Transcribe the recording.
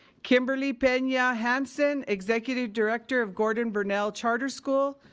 kimberlee pena hanson, executive director of gordon bernell charter school.